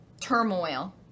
turmoil